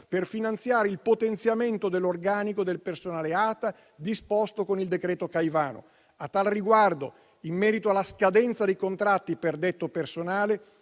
per finanziare il potenziamento dell'organico del personale ATA disposto con il decreto Caivano (decreto-legge n. 123 del 2023). A tal riguardo, in merito alla scadenza dei contratti per detto personale,